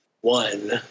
one